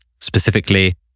specifically